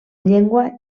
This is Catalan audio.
llengua